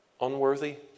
Unworthy